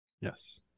Yes